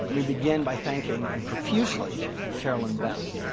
and we begin by thanking and profusely carolyn bess.